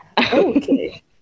Okay